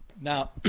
Now